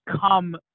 come